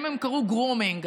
להם קראו grooming.